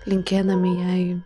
linkėdami jai